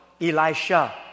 Elisha